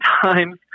times